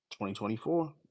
2024